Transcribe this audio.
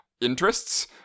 interests